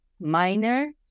minor